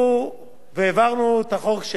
העברנו את החוק של אילן,